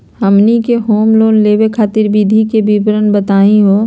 हमनी के home loan लेवे खातीर विधि के विवरण बताही हो?